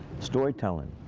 storytelling